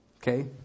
Okay